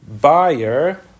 buyer